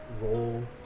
Roll